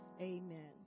amen